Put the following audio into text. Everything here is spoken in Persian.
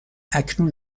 اکنون